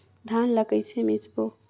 धान ला कइसे मिसबो?